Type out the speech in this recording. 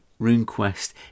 RuneQuest